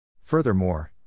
Furthermore